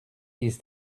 ist